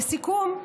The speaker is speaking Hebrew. לסיכום,